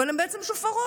אבל הם בעצם שופרות.